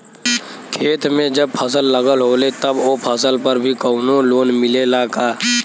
खेत में जब फसल लगल होले तब ओ फसल पर भी कौनो लोन मिलेला का?